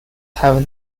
have